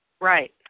Right